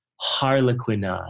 Harlequinade